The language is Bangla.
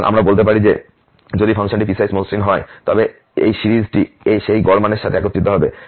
সুতরাং আমরা বলতে পারি যে যদি ফাংশনটি পিসওয়াইস মসৃণ হয় তবে এই সিরিজটি সেই গড় মানের সাথে একত্রিত হবে